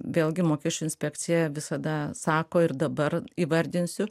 vėlgi mokesčių inspekcija visada sako ir dabar įvardinsiu